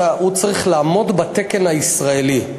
הוא צריך לעמוד בתקן הישראלי.